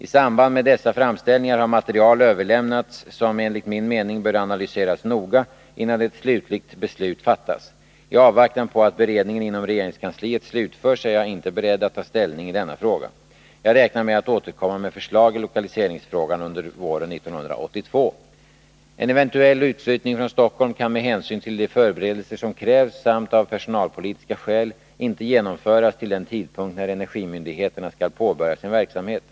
I samband med dessa framställningar har material överlämnats som enligt min mening bör analyseras noga innan ett slutligt beslut fattas. I avvaktan på att beredningen inom regeringskansliet slutförs är jag inte beredd att ta ställning i denna fråga. Jag räknar med att återkomma med förslag i lokaliseringsfrågan under Nr 51 våren 1982. Måndagen den En eventuell utflyttning från Stockholm kan med hänsyn till de förbere 14 december 1981 delser som krävs samt av personalpolitiska skäl inte genomföras till den tidpunkt när energimyndigheterna skall påbörja sin verksamhet.